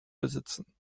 besitzen